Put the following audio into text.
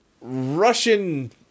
Russian